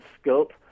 scope